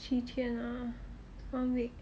七天啊 one week